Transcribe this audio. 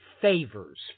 favors